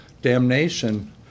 damnation